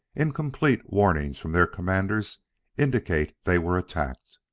incomplete warnings from their commanders indicate they were attacked.